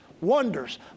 wonders